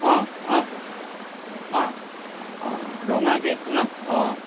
অঁ অঁ অঁ অঁ ৰঙাকৈ আছে ন অঁ